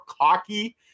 cocky